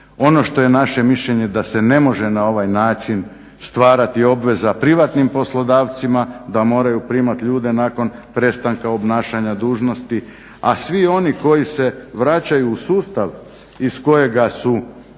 Ono što je naše mišljenje da se ne može na ovaj način stvarati obveza privatnim poslodavcima da moraju primat ljude nakon prestanka obnašanja dužnosti, a svi oni koji se vraćaju u sustav iz kojega su